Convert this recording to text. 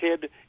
kid